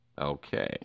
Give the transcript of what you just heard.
Okay